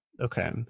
Okay